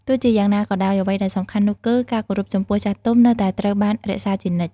ទោះជាយ៉ាងណាក៏ដោយ អ្វីដែលសំខាន់នោះគឺ ការគោរពចំពោះចាស់ទុំនៅតែត្រូវបានរក្សាជានិច្ច។